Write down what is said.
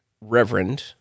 Reverend